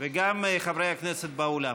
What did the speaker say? גם חברי הכנסת באולם.